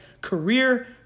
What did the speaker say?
career